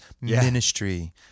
ministry